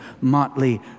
motley